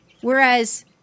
Whereas